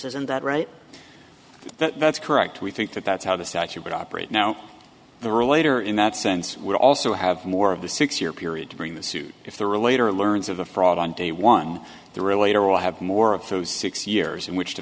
isn't that right that's correct we think that that's how the statute would operate now the relator in that sense would also have more of the six year period to bring the suit if the relator learns of the fraud on day one the relator will have more of those six years in which to